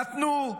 נתנו,